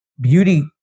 beauty